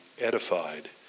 edified